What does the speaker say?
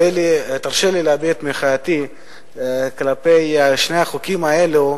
תרשה לי להביע את מחאתי בעניין שני החוקים האלה,